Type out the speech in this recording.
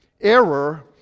error